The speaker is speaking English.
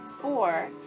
Four